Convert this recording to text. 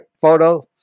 photo